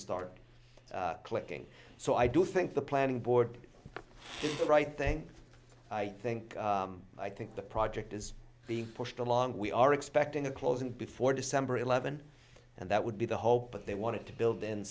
start clicking so i do think the planning board the right thing i think i think the project is being pushed along we are expecting a closing before december eleventh and that would be the hope but they wanted to build in